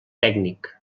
tècnic